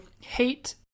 hate